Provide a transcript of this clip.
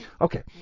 Okay